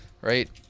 right